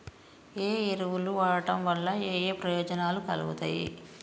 ఏ ఎరువులు వాడటం వల్ల ఏయే ప్రయోజనాలు కలుగుతయి?